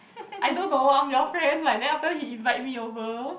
I don't know I'm your friend like then after he invite me over